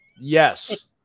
yes